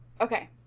Okay